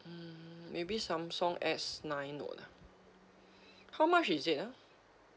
hmm maybe Samsung S nine note lah how much is it ah